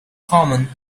common